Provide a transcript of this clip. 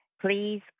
Please